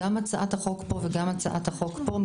גם הצעת החוק פה וגם הצעת החוק פה,